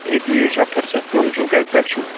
ہے تیٖژ چھا پھٕرستھ کٕم چھِو کتہِ پٮ۪ٹھ چھِو